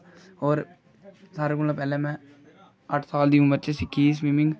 सारे कोला पहले में अट्ठ साल दी उमर च सिक्खी ही स्बिमिंग